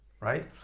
right